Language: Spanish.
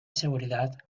seguridad